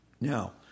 Now